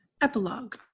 Epilogue